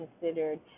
considered